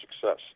success